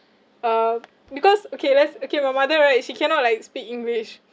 uh because okay let's okay my mother right she cannot like speak english